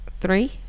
three